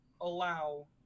allow